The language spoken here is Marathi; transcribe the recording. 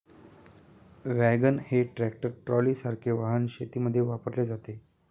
वॅगन हे ट्रॅक्टर ट्रॉलीसारखे वाहन शेतीमध्ये वापरले जाते